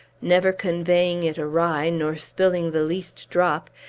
never conveying it awry, nor spilling the least drop,